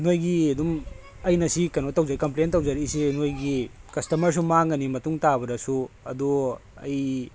ꯅꯣꯏꯒꯤ ꯑꯗꯨꯝ ꯑꯩꯅ ꯁꯤ ꯀꯩꯅꯣ ꯇꯧꯖꯩ ꯀꯝꯄ꯭ꯂꯦꯟ ꯇꯧꯖꯔꯛꯏꯁꯤ ꯅꯣꯏꯒꯤ ꯀꯁꯇꯃꯔꯁꯨ ꯃꯥꯡꯒꯅꯤ ꯃꯇꯨꯡ ꯇꯥꯕꯗꯁꯨ ꯑꯗꯣ ꯑꯩ